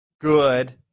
good